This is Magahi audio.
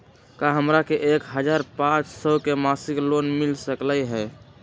का हमरा के एक हजार पाँच सौ के मासिक लोन मिल सकलई ह?